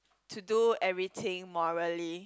to do everything morally